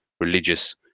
religious